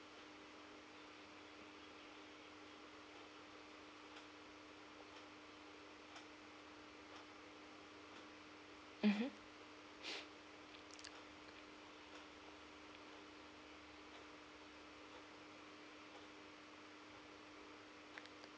mmhmm